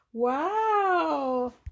Wow